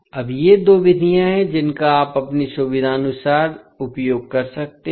अब ये दो विधियाँ हैं जिनका आप अपनी सुविधानुसार उपयोग कर सकते हैं